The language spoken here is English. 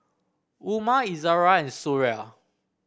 Umar Izzara and Suria